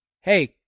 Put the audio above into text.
hey